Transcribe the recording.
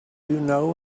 know